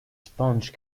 sponge